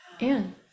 Anne